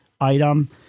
item